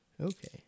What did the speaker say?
Okay